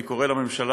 אני קורא לממשלה,